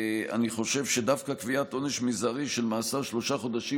אני חושב שדווקא קביעת עונש מזערי של מאסר שלושה חודשים